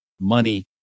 money